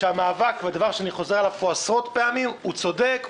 שהמאבק והדבר שאני חוזר עליו פה עשרות פעמים הוא צודק,